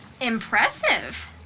impressive